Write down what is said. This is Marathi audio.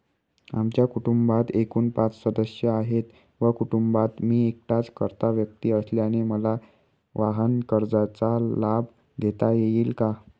आमच्या कुटुंबात एकूण पाच सदस्य आहेत व कुटुंबात मी एकटाच कर्ता व्यक्ती असल्याने मला वाहनकर्जाचा लाभ घेता येईल का?